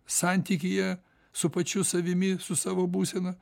santykyje su pačiu savimi su savo būsena